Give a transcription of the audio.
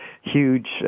huge